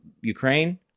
Ukraine